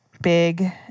big